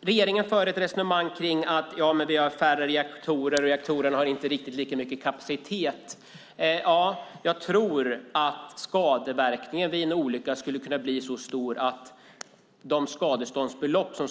Regeringen för ett resonemang att vi har färre reaktorer, att reaktorerna inte har riktigt lika mycket kapacitet. Jag tror att skadeverkningarna vid en olycka skulle kunna bli så stora att skadeståndsbeloppen vida